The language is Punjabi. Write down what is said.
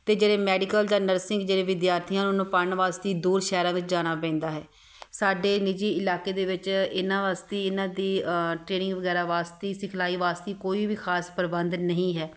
ਅਤੇ ਜਿਹੜੇ ਮੈਡੀਕਲ ਜਾਂ ਨਰਸਿੰਗ ਜਿਹੜੇ ਵਿਦਿਆਰਥੀ ਆ ਉਹਨਾਂ ਨੂੰ ਪੜ੍ਹਨ ਵਾਸਤੇ ਦੂਰ ਸ਼ਹਿਰਾਂ ਵਿੱਚ ਜਾਣਾ ਪੈਂਦਾ ਹੈ ਸਾਡੇ ਨਿੱਜੀ ਇਲਾਕੇ ਦੇ ਵਿੱਚ ਇਹਨਾਂ ਵਾਸਤੇ ਇਹਨਾਂ ਦੀ ਟ੍ਰੇਨਿੰਗ ਵਗੈਰਾ ਵਾਸਤੇ ਸਿਖਲਾਈ ਵਾਸਤੇ ਕੋਈ ਵੀ ਖ਼ਾਸ ਪ੍ਰਬੰਧ ਨਹੀਂ ਹੈ